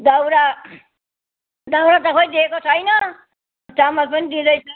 दाउरा दाउरा त खोइ दिएको छैन चामल पनि दिँदैन